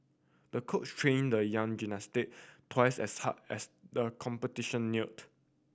the coach trained the young twice as hard as the competition neared